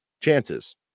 chances